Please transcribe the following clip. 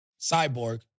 Cyborg